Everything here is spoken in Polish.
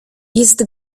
jest